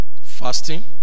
fasting